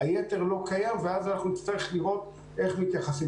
היתר לא קיים ואז נצטרך לראות איך מתייחסים